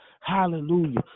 hallelujah